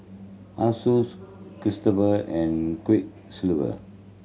Asus Chipster and Quiksilver